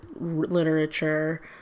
literature